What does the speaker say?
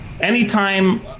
Anytime